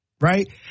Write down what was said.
right